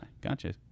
Gotcha